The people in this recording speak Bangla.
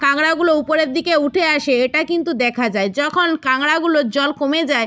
কাঁকড়াগুলো উপরের দিকে উঠে আসে এটা কিন্তু দেখা যায় যখন কাঁকড়াগুলো জল কমে যায়